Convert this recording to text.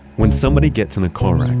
when somebody gets in a car wreck,